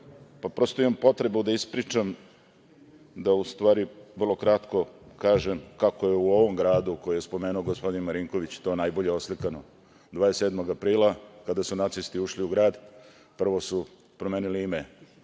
pa prosto imam potrebu da ispričam da u stvari vrlo kratko kažem kako je u ovom gradu koji je spomenuo gospodin Marinković to najbolje oslikano, 27. aprila kada su nacisti ušli u grad. Prvo su promenili ime